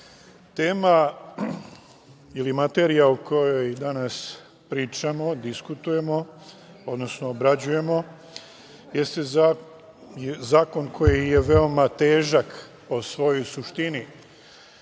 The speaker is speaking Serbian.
tema ili materija o kojoj danas pričamo, diskutujemo, odnosno obrađujemo jeste zakon koji je veoma težak o svojoj suštini,